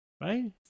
Right